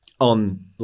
on